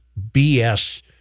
BS